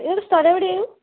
നിങ്ങളുടെ സ്ഥലം എവിടെയേനു